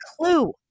clue